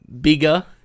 bigger